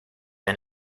and